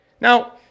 Now